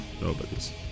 Nobody's